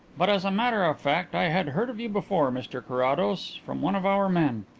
but, as a matter of fact, i had heard of you before, mr carrados, from one of our men.